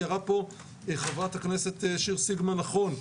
תיארה פה חברת הכנסת שיר סגמן נכון,